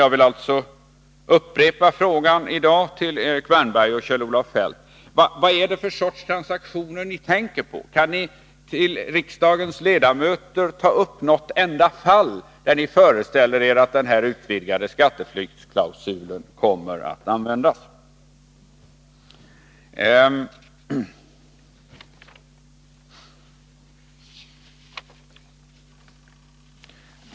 Jag vill alltså upprepa frågan i dag och rikta den till Erik Wärnberg och Kjell-Olof Feldt: Vad är det för sorts transaktioner ni tänker på? Kan ni för riksdagens ledamöter ta upp något enda fall där ni föreställer er att den utvidgade skatteflyktsklausulen kommer att användas?